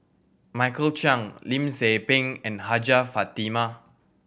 Michael Chiang Lim Tze Peng and Hajjah Fatimah